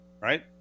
Right